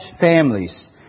families